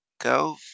go